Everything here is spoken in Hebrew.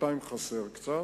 שנתיים חסר קצת,